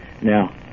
Now